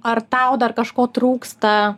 ar tau dar kažko trūksta